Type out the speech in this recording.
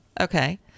okay